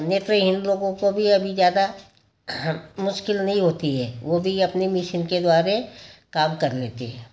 नेत्रहीन लोगों को भी अभी ज़्यादा मुश्किल नहीं होती हे वो भी अपने मिशन के द्वारा काम कर लेते हैं